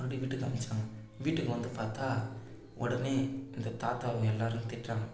மறுபடி வீட்டுக்கு அனுப்பிசாங்க வீட்டுக்கு வந்து பார்த்தா உடனே இந்த தாத்தாவை எல்லோரும் திட்டுறாங்க